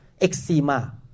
eczema